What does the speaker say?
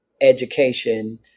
education